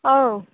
ꯑꯧ